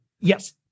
Yes